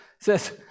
says